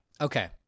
Okay